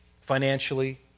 financially